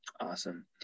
Awesome